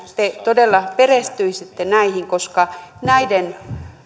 te todella näihin lausumiin perehtyisitte koska näiden